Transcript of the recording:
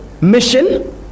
mission